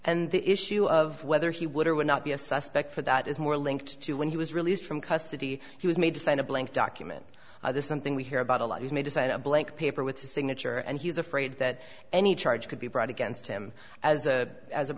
and the issue of whether he would or would not be a suspect for that is more linked to when he was released from custody he was made to sign a blank document this something we hear about a lot he's made aside a blank paper with a signature and he was afraid that any charge could be brought against him as a a